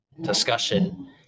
discussion